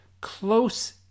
close